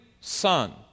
son